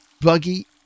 Buggy